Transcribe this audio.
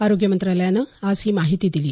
आरोग्य मंत्रालयानं आज ही माहिती दिली